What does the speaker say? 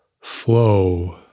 flow